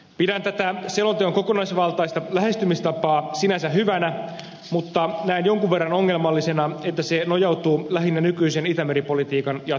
pidän tätä selonteon kokonaisvaltaista lähestymistapaa sinänsä hyvänä mutta näen jonkun verran ongelmallisena että se nojautuu lähinnä nykyisen itämeri politiikan jatkamiseen